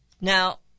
Now